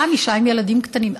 גם אישה עם ילדים קטנים.